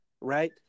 right